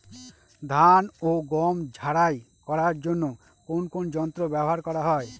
ধান ও গম ঝারাই করার জন্য কোন কোন যন্ত্র ব্যাবহার করা হয়?